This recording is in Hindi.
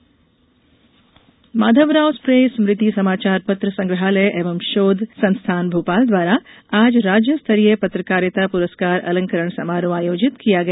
अलंकरण समारोह माधवराव सप्रे स्मृति समाचार पत्र संग्रहालय एवं शोध संस्थान भोपाल द्वारा आज राज्य स्तरीय पत्रकारिता पुरस्कार अलंकरण समारोह आयोजित किया गया